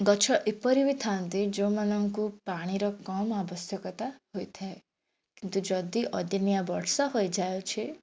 ଗଛ ଏପରି ବି ଥାଆନ୍ତି ଯେଉଁମାନଙ୍କୁ ପାଣିର କମ୍ ଆବଶ୍ୟକତା ହୋଇଥାଏ କିନ୍ତୁ ଯଦି ଅଦିନିଆ ବର୍ଷା ହୋଇଯାଉଛି